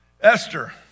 Esther